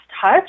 touch